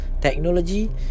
technology